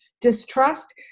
distrust